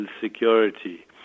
security